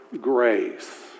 grace